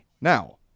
Now